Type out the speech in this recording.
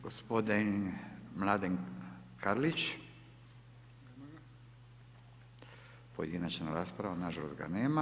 Gospodin Mladen Karlić, pojedinačna rasprava, nažalost ga nema.